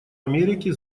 америки